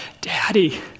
Daddy